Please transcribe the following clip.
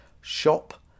shop